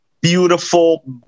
Beautiful